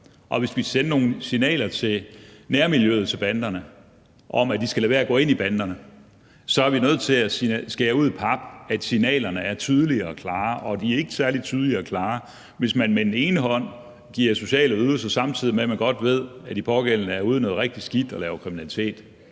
og hvis vi vil sende nogle signaler til nærmiljøet til banderne om, at de skal lade være med at gå ind i banderne, så er vi nødt til at skære det ud i pap. Signalerne skal være tydelige og klare. Og de er ikke særlig tydelige og klare, hvis man på den ene side giver sociale ydelser samtidig med at man godt ved, at de pågældende er ude i noget rigtig skidt og begår kriminalitet.